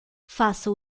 faça